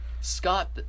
Scott